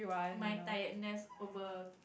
my tiredness over